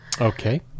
Okay